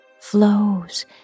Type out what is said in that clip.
flows